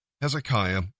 Hezekiah